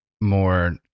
more